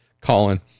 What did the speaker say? Colin